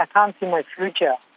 i can't see my future.